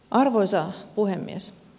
arvoisa puhemies